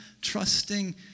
Trusting